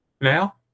Now